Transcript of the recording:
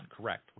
Correct